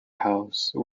house